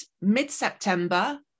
mid-September